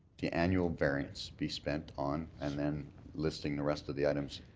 the annual variance be spent on, and then listing the rest of the items?